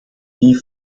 die